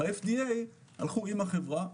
ב-FDA הלכו עם החברה,